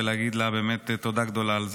ולהגיד לה באמת תודה גדולה על זה.